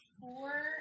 four